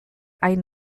hain